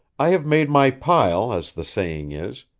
i have made my pile, as the saying is,